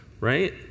right